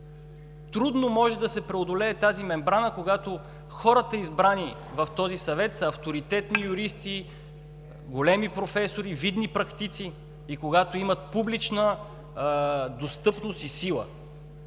Трудно може да се преодолее такава мембрана, когато избраните хора в този Съвет са авторитетни юристи, големи професори, видни практици, когато имат публична достъпност и сила.